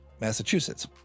massachusetts